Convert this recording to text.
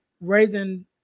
raising